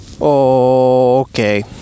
okay